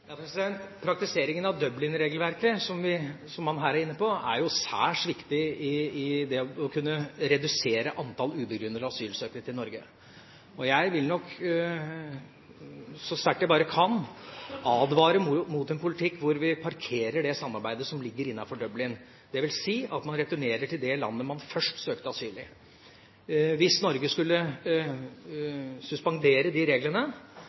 Praktiseringen av Dublin-regelverket, som man er inne på her, er jo særs viktig for å kunne redusere antall ubegrunnede asylsøkere til Norge. Jeg vil nok så sterkt jeg bare kan, advare mot en politikk hvor vi parkerer det samarbeidet som ligger innenfor Dublin-konvensjonen, dvs. at man returnerer til det landet som det først ble søkt asyl i. Hvis Norge skulle suspendere de reglene,